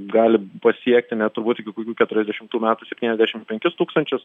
gali pasiekti net turbūt iki kokių keturiasdešimtų metų septyniasdešimt penkis tūkstančius